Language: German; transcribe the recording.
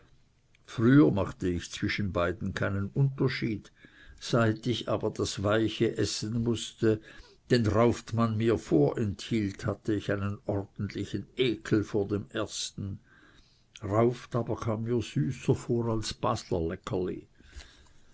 früher machte ich zwischen beiden keinen unterschied seit ich aber das weiche essen mußte den rauft man mir vorenthielt hatte ich einen ordentlichen ekel vor dem ersten rauft aber kam mir süßer vor als